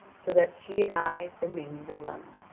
so that she and i remained alone.